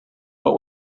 what